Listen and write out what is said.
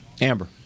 Amber